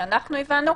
ולמיטב הבנתנו,